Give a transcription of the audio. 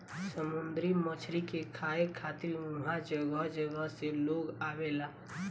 समुंदरी मछरी के खाए खातिर उहाँ जगह जगह से लोग आवेला